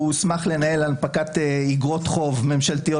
הוא הוסמך לנהל הנפקת אגרות חוב ממשלתיות